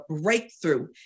breakthrough